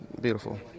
beautiful